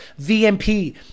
VMP